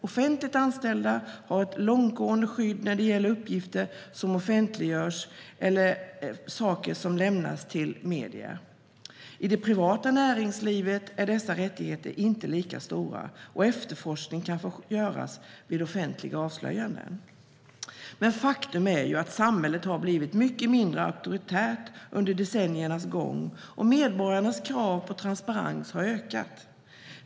Offentligt anställda har ett långtgående skydd när det gäller uppgifter som offentliggörs eller sådant som lämnas till medierna. I det privata näringslivet är dessa rättigheter inte lika stora. Efterforskning kan få göras vid offentliga avslöjanden. Faktum är att samhället har blivit mycket mindre auktoritärt under decenniernas gång och att medborgarnas krav på transparens har ökat.